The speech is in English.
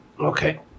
Okay